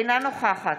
אינה נוכחת